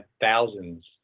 thousands